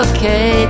Okay